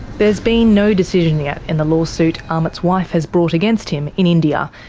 there's been no decision yet in the lawsuit amit's wife has brought against him in india,